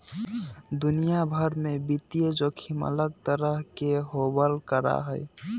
दुनिया भर में वित्तीय जोखिम अलग तरह के होबल करा हई